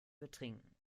betrinken